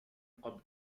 قبل